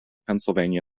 pennsylvania